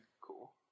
Cool